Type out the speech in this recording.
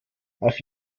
auf